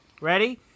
ready